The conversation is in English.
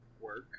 work